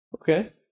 Okay